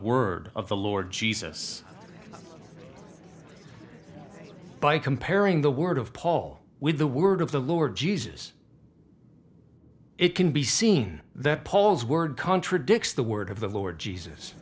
word of the lord jesus by comparing the word of paul with the word of the lord jesus it can be seen that paul's word contradicts the word of the lord jesus